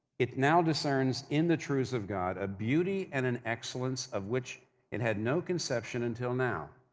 it now discerns in the truth of god, a beauty and an excellence of which it had no conception until now.